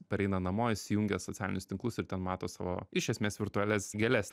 pareina namo įsijungia socialinius tinklus ir ten mato savo iš esmės virtualias gėles